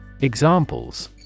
Examples